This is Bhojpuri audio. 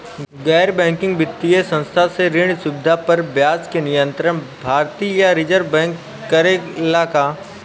गैर बैंकिंग वित्तीय संस्था से ऋण सुविधा पर ब्याज के नियंत्रण भारती य रिजर्व बैंक करे ला का?